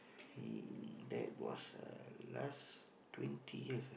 he that was uh last twenty years ah